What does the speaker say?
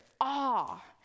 awe